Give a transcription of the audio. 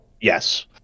Yes